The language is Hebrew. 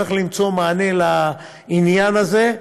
צריך למצוא מענה לעניין הזה,